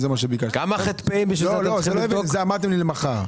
את זה אמרתם לי שיהיה מחר.